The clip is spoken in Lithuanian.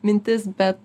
mintis bet